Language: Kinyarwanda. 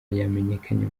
yamenyekanye